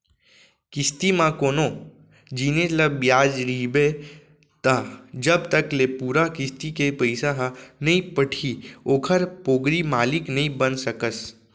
किस्ती म कोनो जिनिस ल बिसाय रहिबे त जब तक ले पूरा किस्ती के पइसा ह नइ पटही ओखर पोगरी मालिक नइ बन सकस